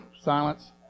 silence